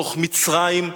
בתוך מצרים.